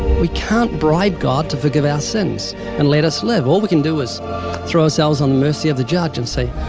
we can't bribe god to forgive our sins and let us live. all we can do is throw ourselves on the mercy of the judge and say,